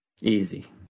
Easy